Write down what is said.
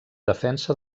defensa